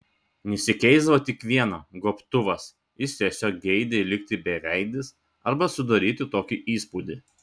nesikeisdavo tik viena gobtuvas jis tiesiog geidė likti beveidis arba sudaryti tokį įspūdį